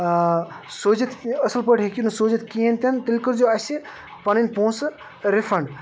سوٗزِتھ أصٕل پٲٹھۍ ہیٚکِو نہٕ سوٗزِتھ کِہیٖنۍ تہِ نہٕ تیٚلہِ کٔرۍ زیو اَسہِ پَنٕنۍ پۄنٛسہٕ رِفنٛڈ